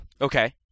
Okay